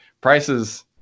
prices